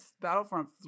Battlefront